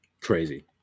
crazy